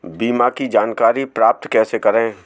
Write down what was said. बीमा की जानकारी प्राप्त कैसे करें?